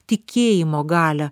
tikėjimo galią